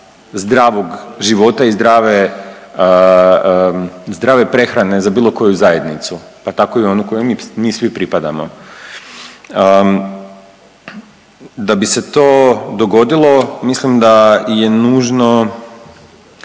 zdravog života i zdrave, zdrave prehrane za bilo koju zajednicu pa tako i onu kojoj mi svi pripadamo. Da bi se to dogodilo mislim da je nužno,